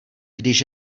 když